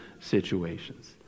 situations